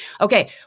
okay